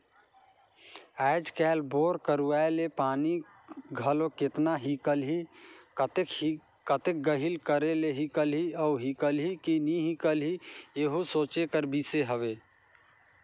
आएज काएल बोर करवाए ले पानी घलो केतना हिकलही, कतेक गहिल करे ले हिकलही अउ हिकलही कि नी हिकलही एहू सोचे कर बिसे हवे